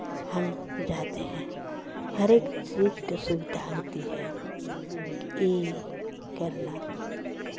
हम जाते हैं हर एक चीज़ का सुविधा होती है कि ये करना